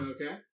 Okay